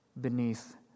beneath